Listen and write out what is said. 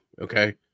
Okay